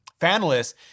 fanless